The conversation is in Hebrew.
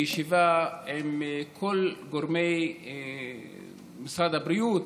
בישיבה עם כל גורמי משרד הבריאות,